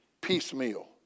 piecemeal